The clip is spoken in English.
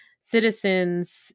citizens